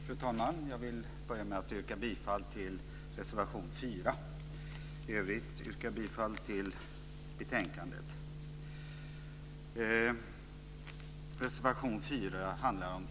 Fru talman! Jag börjar med att yrka bifall till reservation 4. I övrigt yrkar jag bifall till utskottets förslag.